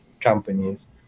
companies